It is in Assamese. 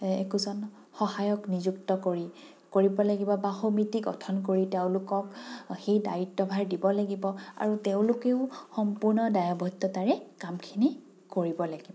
একোজন সহায়ক নিযুক্ত কৰি কৰিব লাগিব বা সমিতি গঠন কৰি তেওঁলোকক সেই দায়িত্বভাৰ দিব লাগিব আৰু তেওঁলোকেও সম্পূৰ্ণ দায়বদ্ধতাৰে কামখিনি কৰিব লাগিব